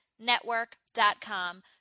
Network.com